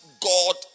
God